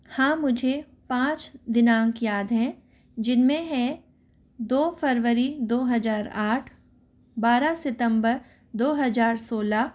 हाँ मुझे पाँच दिनाँक याद हैं जिनमें है दो फरवरी दो हजार आठ बारह सितंबर दो हजार सोलह